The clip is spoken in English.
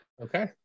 okay